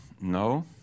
No